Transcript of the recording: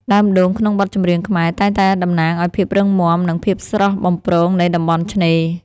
ដើមដូងក្នុងបទចម្រៀងខ្មែរ តែងតែតំណាងឱ្យភាពរឹងមាំ និងភាពស្រស់បំព្រងនៃតំបន់ឆ្នេរ។